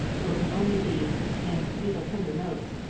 though it would only be in legal-tender notes.